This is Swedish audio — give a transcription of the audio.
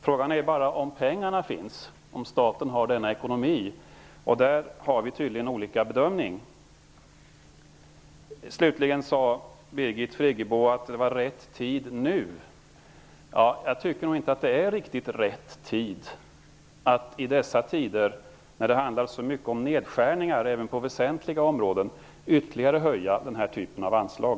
Frågan är bara om pengarna finns och om staten har den ekonomin. Där gör vi tydligen olika bedömning. Slutligen sade Birgit Friggebo att det nu var rätt tid. Jag tycker nog inte att det är riktigt rätt tid i dessa tider, när det handlar så mycket om nedskärningar även på väsentliga områden, att ytterligare höja den här typen av anslag.